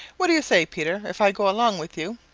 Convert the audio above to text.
what do you say, peter, if i go along with you?